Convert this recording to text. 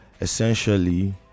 essentially